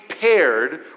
paired